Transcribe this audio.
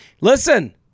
Listen